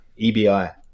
EBI